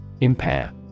Impair